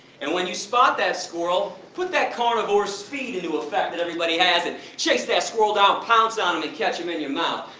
and when you spot that squirrel, put that carnivores feet into affect that everybody has and chase that squirrel down, pounce on him and catch him in your mouth.